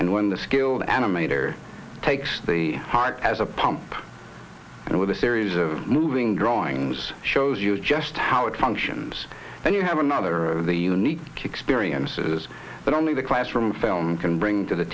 and when the skilled animator takes the height as a pump and with a series of moving drawings shows you just how it functions and you have another of the unique experiences that only the classroom film can bring to the